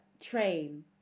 train